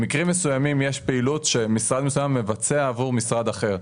במקרים מסוימים יש פעילות שמשרד מסוים מבצע עבור משרד אחר,